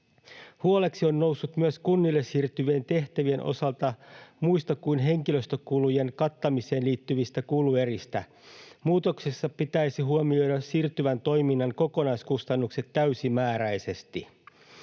Huoli on noussut myös kunnille siirtyvien tehtävien osalta muista kuin henkilöstökulujen kattamiseen liittyvistä kulueristä. Muutoksessa pitäisi huomioida siirtyvän toiminnan kokonaiskustannukset täysimääräisesti.